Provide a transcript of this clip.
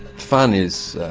fun is.